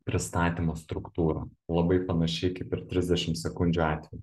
pristatymo struktūrą labai panašiai kaip ir trisdešim sekundžių atveju